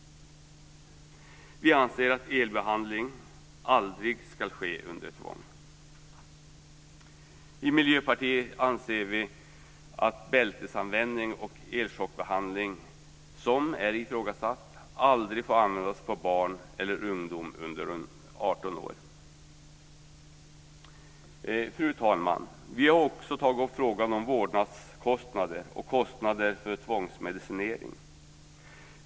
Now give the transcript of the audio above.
Vi anser att elbehandling aldrig ska ske under tvång. I Miljöpartiet anser vi att bältesanvändning och elchockbehandling, som är ifrågasatt, aldrig får användas på barn eller ungdom under 18 år. Fru talman! Vi har också tagit upp frågan om vårdnadskostnader och kostnader för tvångsmedicinering.